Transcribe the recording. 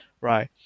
right